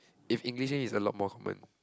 if English name is a lot more common